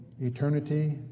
eternity